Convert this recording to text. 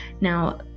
Now